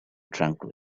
tranquil